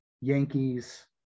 Yankees